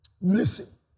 Listen